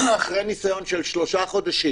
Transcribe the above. אחרי ניסיון של שלושה חודשים